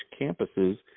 campuses